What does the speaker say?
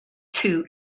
two